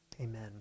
Amen